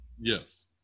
Yes